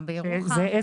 גם בירוחם.